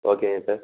okay doctor